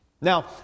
Now